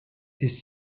est